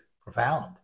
profound